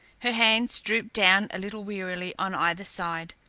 her hands drooped down a little wearily on either side,